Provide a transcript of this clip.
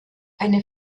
eine